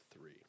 three